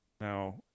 Now